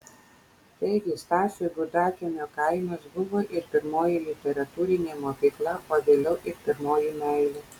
taigi stasiui gudakiemio kaimas buvo ir pirmoji literatūrinė mokykla o vėliau ir pirmoji meilė